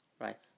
right